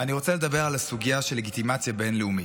אני רוצה לדבר על הסוגיה של לגיטימציה בין-לאומית.